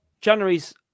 January's